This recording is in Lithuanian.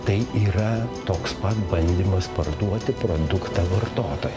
tai yra toks pat bandymas parduoti produktą vartotojam